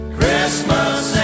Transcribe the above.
Christmas